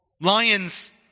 lions